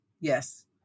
Yes